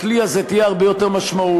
לכלי הזה תהיה הרבה יותר משמעות.